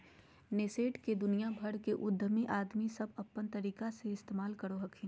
nascent के दुनिया भर के उद्यमी आदमी सब अपन तरीका से इस्तेमाल करो हखिन